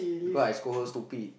because I call her scold her stupid